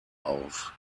auf